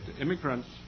immigrants